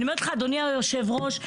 אני אומרת לך אדוני היושב ראש,